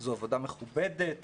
זו עבודה מכובדת וראויה.